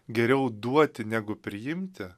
geriau duoti negu priimti